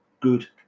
good